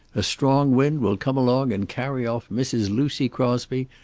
a strong wind will come along and carry off mrs. lucy crosby,